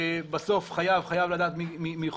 בסוף, חייב, חייב לדעת מחובותיו.